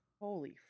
Holy